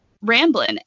Rambling